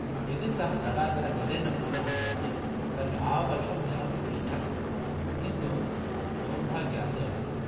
यदि सः तडागः जलेन पूर्णः भवति तर्हि आवर्षं जलं तु तिष्ठति किन्तु दौर्भाग्यात्